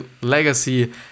legacy